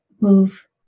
move